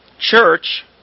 church